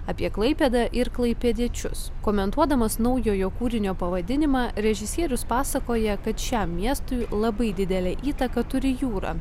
apie klaipėdą ir klaipėdiečius komentuodamas naujojo kūrinio pavadinimą režisierius pasakoja kad šiam miestui labai didelę įtaką turi jūra